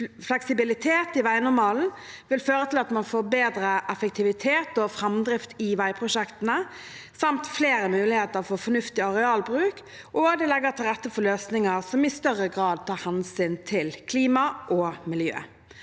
fleksibilitet i veinormalen vil føre til at man får bedre effektivitet og framdrift i veiprosjektene, samt flere muligheter for fornuftig arealbruk, og at det legger til rette for løsninger som i større grad tar hensyn til klima og miljø.